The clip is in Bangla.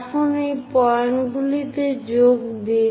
এখন এই পয়েন্টগুলিতে যোগ দিন